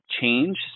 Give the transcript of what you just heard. change